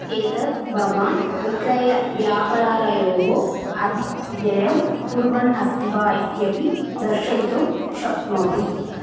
एतत् भवान् विक्रयव्यापारयोः अतिव्ययं कुर्वन् अस्ति वा इत्यपि दर्शयितुं शक्नोति